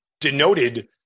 denoted